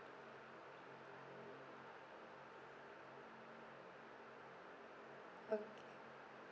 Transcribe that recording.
okay